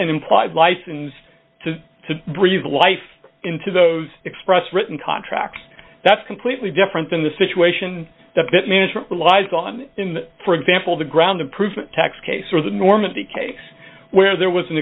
an implied licens to to breathe life into those express written contracts that's completely different than the situation the bit management relies on him for example the ground improvement tax case or the normandy case where there was an